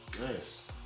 Nice